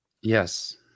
Yes